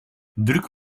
druk